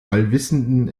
allwissenden